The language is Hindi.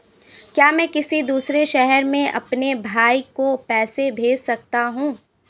क्या मैं किसी दूसरे शहर में अपने भाई को पैसे भेज सकता हूँ?